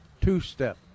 two-step